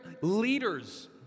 leaders